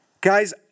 Guys